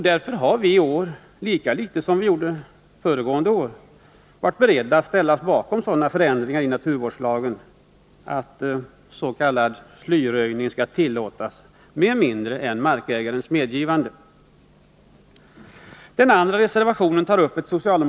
Därför har vi inte i år — och vi inte heller förra året — varit beredda att ställa oss bakom förslaget om sådana förändringar av naturvårdslagen att s.k. slyröjning kan göras utan markägarens medgivande.